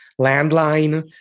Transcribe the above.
landline